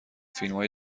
فیلمای